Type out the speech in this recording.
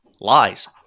Lies